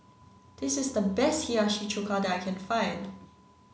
this is the best Hiyashi Chuka that I can find